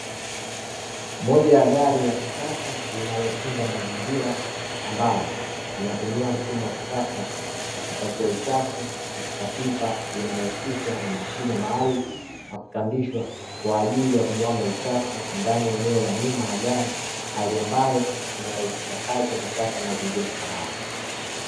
Moja ya gari la kisasa linalotunza mazingira, ambalo linatumia mfumo wa kisasa wa kupakia uchafu, katika pipa linaloshushwa na mashine maalumu na kupandishwa kwa ajili ya kumwaga uchafu, ndani ya eneo la nyuma la gari, hali ambayo inarahisisha kazi na kuacha mazingira salama.